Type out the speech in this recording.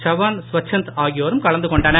சவண் ஸ்வச்சந்த் ஆகியோரும் கலந்து கொண்டனர்